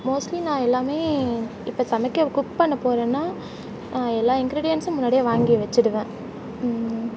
mostly நான் எல்லாமே இப்போ சமைக்க குக் பண்ண போகிறேனா நான் எல்லா இன்க்ரீடியன்ஸும் முன்னாடியே வாங்கி வெச்சுடுவேன்